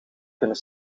kunnen